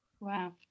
Wow